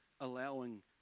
allowing